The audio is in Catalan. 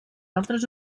altres